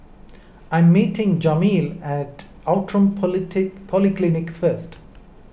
I am meeting Jameel at Outram politic Polyclinic first